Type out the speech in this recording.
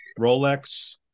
Rolex